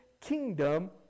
kingdom